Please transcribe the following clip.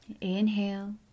Inhale